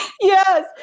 Yes